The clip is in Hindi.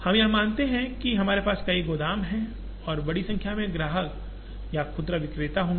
यहां हम मानते हैं कि हमारे पास कई गोदाम और बड़ी संख्या में ग्राहक या खुदरा विक्रेता होंगे